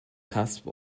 cusp